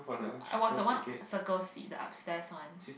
we I was the one circle seat the upstairs one